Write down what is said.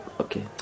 okay